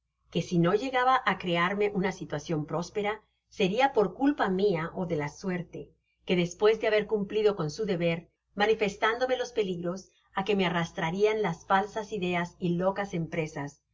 que si no llegaba á crearme una situacion próspera seria por culpa mia ó de la suerte que despues de haber cumplido con su deber manifestándome los peligros á que me arrastrarian las falsas ideas y locas empresas no